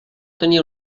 tenia